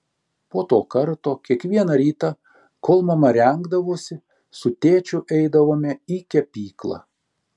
po to karto kiekvieną rytą kol mama rengdavosi su tėčiu eidavome į kepyklą